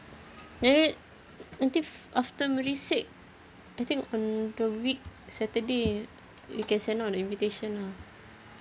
then wait nanti af~ after merisik I think um the week saturday we can send out the invitation lah